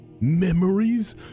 Memories